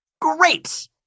Great